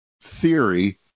theory